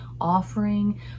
offering